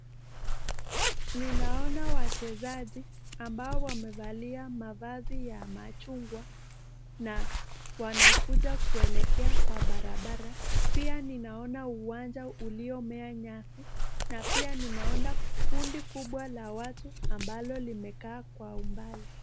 Ninaona wachezaji ambao wamevalia mavazi ya machungwa na wanakuja kuelekea kwa barabara. Pia ninaona uwanja uliomea nyasi na pia ninaona kundi kubwa la watu ambalo limekaa kwa umbali.